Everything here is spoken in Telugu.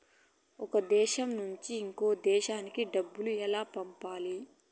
ఒక దేశం నుంచి ఇంకొక దేశానికి డబ్బులు ఎలా పంపాలి?